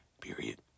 period